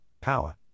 power